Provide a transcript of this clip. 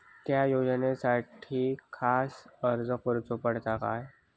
त्या योजनासाठी खास अर्ज करूचो पडता काय?